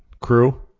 crew